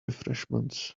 refreshments